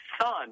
son